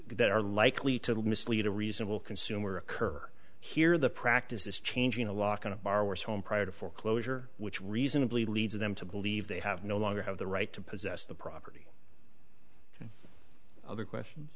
that are likely to mislead a reasonable consumer occur here the practice is changing the law going to far worse home prior to foreclosure which reasonably leads them to believe they have no longer have the right to possess the property of a question